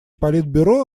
политбюро